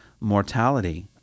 mortality